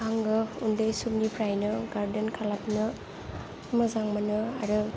आङो उन्दै समनिफ्रायनो गार्डेन खालामनो मोजां मोनो आरो